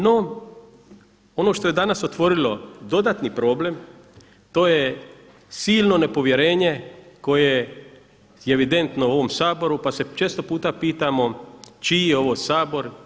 No, ono što je danas otvorilo dodatni problem to je silno nepovjerenje koje je evidentno u ovom Saboru, pa se često puta pitamo čiji je ovo Sabor.